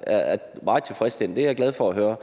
er meget tilfredsstillende. Det er jeg glad for at høre.